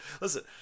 Listen